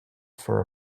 for